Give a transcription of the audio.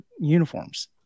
uniforms